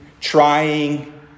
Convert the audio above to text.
trying